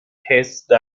hesse